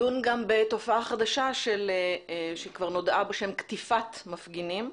נדון גם בתופעה חדשה שכבר נודעה בשם קטיפת מפגינים,